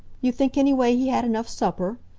you think anyway he had enough supper?